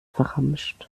verramscht